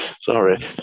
Sorry